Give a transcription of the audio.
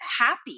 happy